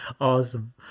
Awesome